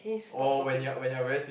or when you are when you are very sleep